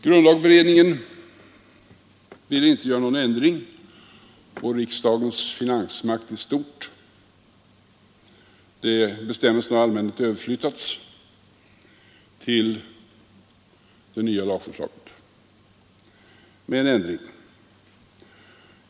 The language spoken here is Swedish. Grundlagberedningen ville inte göra någon ändring i fråga om riksdagens finansmakt i stort. Bestämmelserna har allmänt överflyttats till det nya lagförslaget med en ändring.